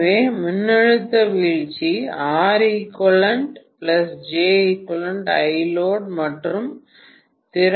எனவே மின்னழுத்த வீழ்ச்சி மற்றும் திறன் காரணிபார்க்க வேண்டும்